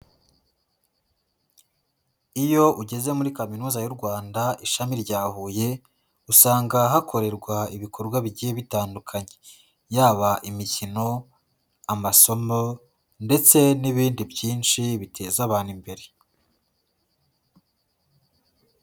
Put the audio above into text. Iyo ugeze muri Kaminuza y'u Rwanda, Ishami rya Huye, usanga hakorerwa ibikorwa bigiye bitandukanye, yaba imikino, amasomo ndetse n'ibindi byinshi biteza abantu imbere.